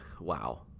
wow